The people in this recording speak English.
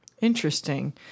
Interesting